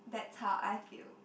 that's how I feel